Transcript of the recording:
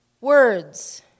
words